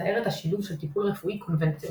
מתאר את השילוב של טיפול רפואי קונבנציונלי